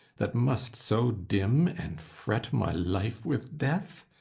that must so dim and fret my life with death?